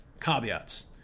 Caveats